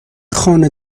خانه